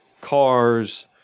cars